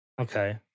Okay